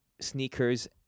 sneakers